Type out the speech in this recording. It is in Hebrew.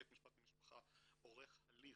בית משפט למשפחה עורך הליך,